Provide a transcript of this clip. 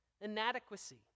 Inadequacy